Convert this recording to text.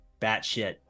batshit